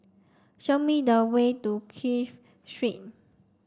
show me the way to Clive Street